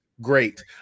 Great